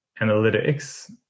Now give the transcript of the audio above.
analytics